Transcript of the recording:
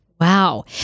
Wow